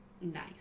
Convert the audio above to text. nice